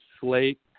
slate